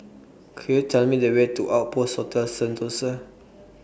Could YOU Tell Me The Way to Outpost of Sentosa